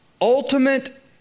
ultimate